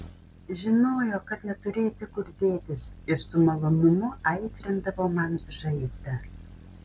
žinojo kad neturėsiu kur dėtis ir su malonumu aitrindavo man žaizdą